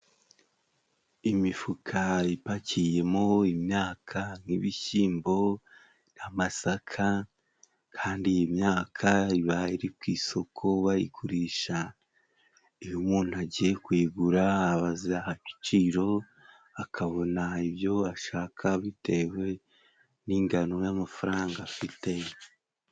Imifuka ipakiyemo imyaka nk'ibishyimbo n'amasaka, kandi iyi myaka iba iri ku isoko bayigurisha, iyo umuntu agiye kuyigura abaza ibiciro akabona ibyo ashaka, bitewe n'ingano y'amafaranga afite.